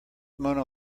mona